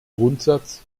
grundsatz